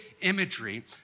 imagery